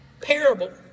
parable